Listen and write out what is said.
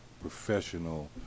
professional